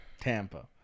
Tampa